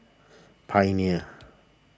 Pioneer